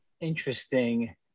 interesting